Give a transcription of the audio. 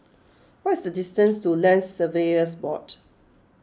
what is the distance to Land Surveyors Board